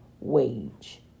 wage